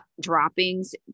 droppings